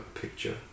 picture